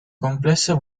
complessa